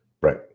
Right